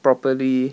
properly